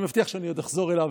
אני מבטיח שאני עוד אחזור אליו,